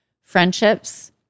friendships